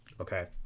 okay